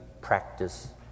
practice